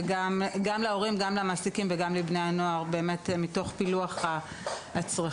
גם למעסיקים וגם לבני הנוער תוך פילוח הצרכים.